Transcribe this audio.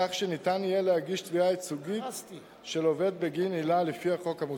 כך שיהיה אפשר להגיש תביעה ייצוגית של עובד בגין עילה לפי החוק המוצע.